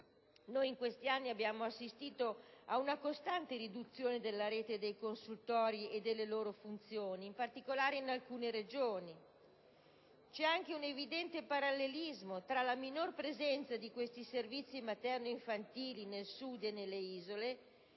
negli ultimi anni abbiamo assistito ad una costante riduzione della rete dei consultori e delle loro funzioni, in particolare in alcune Regioni; c'è anche un evidente parallelismo tra la minore presenza di questi servizi materni ed infantili nel Sud e nelle isole